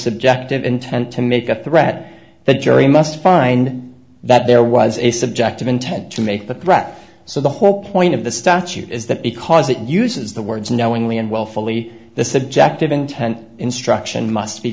subjective intent to make a threat the jury must find that there was a subjective intent to make that breath so the whole point of the statute is that because it uses the words knowingly and willfully the subjective intent instruction must be